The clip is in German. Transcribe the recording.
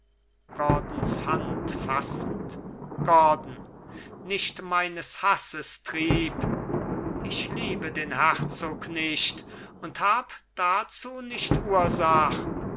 hand fassend gordon nicht meines hasses trieb ich liebe den herzog nicht und hab dazu nicht ursach